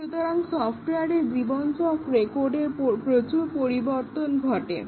সুতরাং সফট্ওয়ারের জীবনচক্রে কোডের প্রচুর পরিবর্তন ঘটে